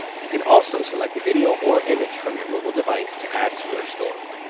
you can also select a video or image from your mobile device to add to your story.